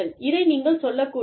இதை நீங்கள் சொல்லக்கூடாது